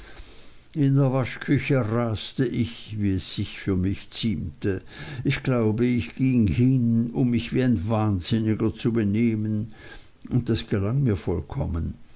in der waschküche raste ich wie es sich für mich ziemte ich glaube ich ging hin um mich wie ein wahnsinniger zu benehmen und das gelang mir voll